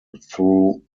through